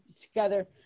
together